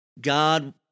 God